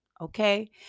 Okay